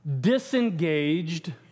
disengaged